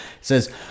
says